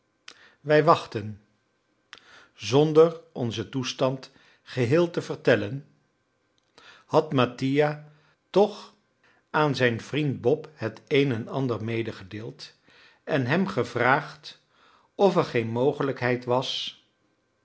wij wachtten zonder onzen toestand geheel te vertellen had mattia toch aan zijn vriend bob het een en ander medegedeeld en hem gevraagd of er geen mogelijkheid was